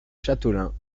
châteaulin